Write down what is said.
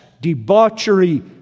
debauchery